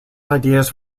ideas